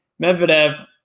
Medvedev